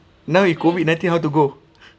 now is COVID nineteen how to go